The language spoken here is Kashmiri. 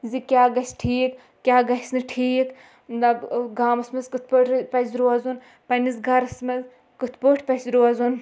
زِ کیٛاہ گژھِ ٹھیٖک کیٛاہ گَژھِ نہٕ ٹھیٖک مطلب گامَس منٛز کِِتھ پٲٹھۍ پَزِ روزُن پنٛنِس گَرَس منٛز کِتھ پٲٹھۍ پَزِ روزُن